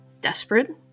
desperate